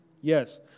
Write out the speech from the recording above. Yes